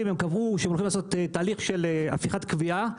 והם קבעו שהם הולכים לעשות תהליך של הפיכת קביעה.